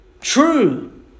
True